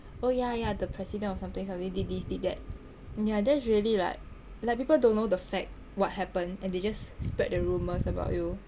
oh yah yah the president of something something did this did that yah that's really like like people don't know the fact what happened and they just spread the rumours about you